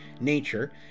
Nature